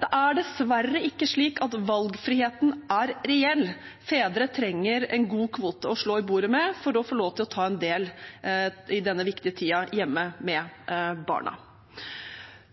Det er dessverre ikke slik at valgfriheten er reell. Fedre trenger en god kvote å slå i bordet med for å få lov til å ta del i denne viktige tiden hjemme med barna.